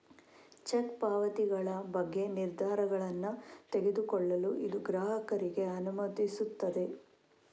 check ಪಾವತಿಗಳ ಬಗ್ಗೆ ನಿರ್ಧಾರಗಳನ್ನು ತೆಗೆದುಕೊಳ್ಳಲು ಇದು ಗ್ರಾಹಕರಿಗೆ ಅನುಮತಿಸುತ್ತದೆ